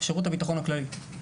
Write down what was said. לשירות הבטחון הכללי.